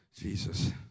Jesus